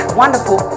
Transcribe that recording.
wonderful